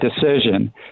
decision